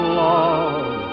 love